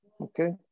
okay